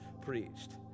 preached